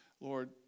Lord